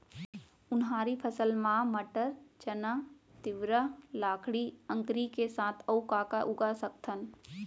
उनहारी फसल मा मटर, चना, तिंवरा, लाखड़ी, अंकरी के साथ अऊ का का उगा सकथन?